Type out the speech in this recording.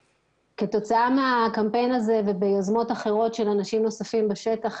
כתוצאה מהקמפיין הזה וביוזמות אחרות של אנשים נוספים בשטח